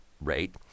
rate